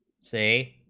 say